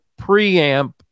preamp